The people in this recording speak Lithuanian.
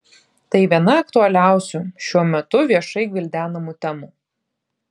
tai viena aktualiausių šiuo metu viešai gvildenamų temų